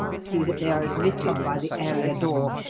see that they are admitted by the area door,